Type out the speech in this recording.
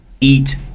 eat